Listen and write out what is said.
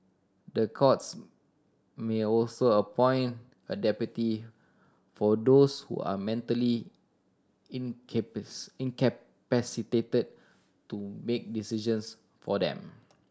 the courts may also appoint a deputy for those who are mentally incapacitated to make decisions for them